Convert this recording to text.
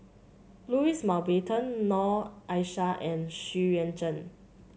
Louis Mountbatten Noor Aishah and Xu Yuan Zhen